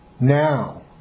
Now